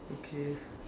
okay